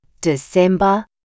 December